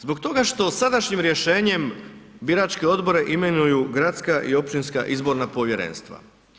Zbog toga što sadašnjim rješenjem biračke odbore imenuju gradska i općinska izborna povjerenstva.